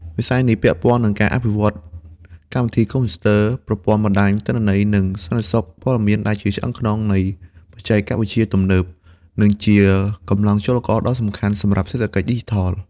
វិស័យនេះពាក់ព័ន្ធនឹងការ អភិវឌ្ឍន៍កម្មវិធីកុំព្យូទ័រប្រព័ន្ធបណ្ដាញទិន្នន័យ និងសន្តិសុខព័ត៌មានដែលជាឆ្អឹងខ្នងនៃបច្ចេកវិទ្យាទំនើប និងជាកម្លាំងចលករដ៏សំខាន់សម្រាប់សេដ្ឋកិច្ចឌីជីថល។